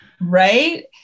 Right